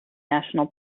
national